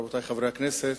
רבותי חברי הכנסת,